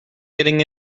getting